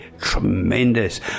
tremendous